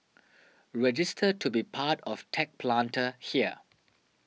register to be part of Tech Planter here